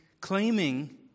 claiming